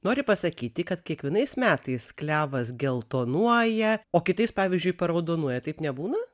nori pasakyti kad kiekvienais metais klevas geltonuoja o kitais pavyzdžiui paraudonuoja taip nebūna